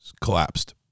collapsed